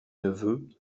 neveu